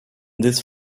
this